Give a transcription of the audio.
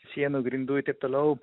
sienų grindų i taip toliau